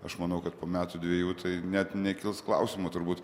aš manau kad po metų dviejų tai net nekils klausimo turbūt